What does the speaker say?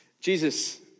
Jesus